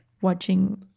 watching